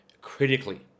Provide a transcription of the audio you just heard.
critically